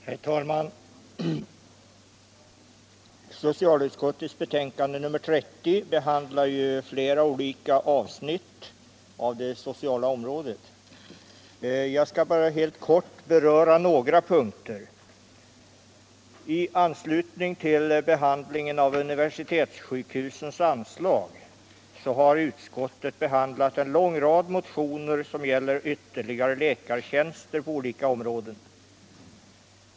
Herr talman! Socialutskottets betänkande nr 30 behandlar flera olika avsnitt av det sociala området. Jag skall bara helt kort beröra några punkter. I anslutning till frågan om universitetssjukhusens anslag har utskottet behandlat en lång rad motioner som gäller ytterligare läkartjänster på olika områden.